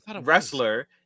wrestler